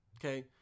okay